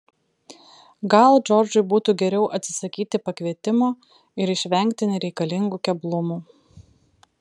gal džordžui būtų geriau atsisakyti pakvietimo ir išvengti nereikalingų keblumų